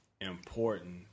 important